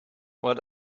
what